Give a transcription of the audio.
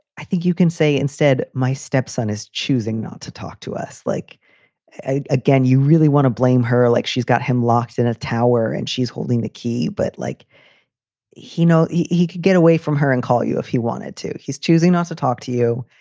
i think you can say instead, my stepson is choosing not to talk to us, like again, you really want to blame her, like she's got him locked in a tower and she's holding the key, but like he knows he could get away from her and call you if he wanted to. he's choosing not to talk to you.